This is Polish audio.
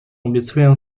obiecuję